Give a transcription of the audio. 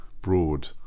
broad